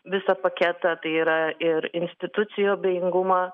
visą paketą tai yra ir institucijų abejingumą